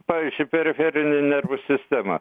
pavyzdžiui periferinių nervų sistema